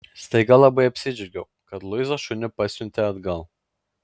staiga labai apsidžiaugiau kad luiza šunį pasiuntė atgal